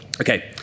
Okay